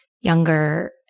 younger